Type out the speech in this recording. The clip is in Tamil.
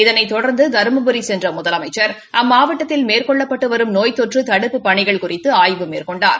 இதனைத் தொடர்ந்து தருமபுரி சென்ற முதலமைக்சர் அம்மாவட்டத்தில் மேற்கொள்ளப்பட்டு வரும் நோய் தொற்று தடுப்புப் பணிகள் குறித்து ஆய்வு மேற்கொண்டார்